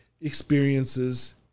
experiences